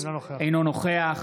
אינו נוכח